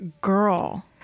girl